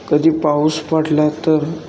कधी पाऊस पडला तर